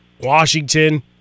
Washington